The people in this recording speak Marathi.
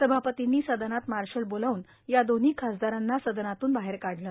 सभापतींनी सदनात मार्शल बोलावून या दोन्ही खासदारांना सदनातून बाहेर काढलं